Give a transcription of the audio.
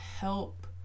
help